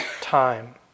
time